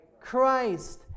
Christ